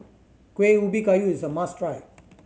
Kueh Ubi Kayu is a must try